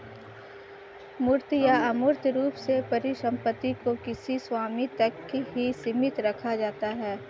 मूर्त या अमूर्त रूप से परिसम्पत्ति को किसी स्वामी तक ही सीमित रखा जाता है